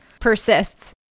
persists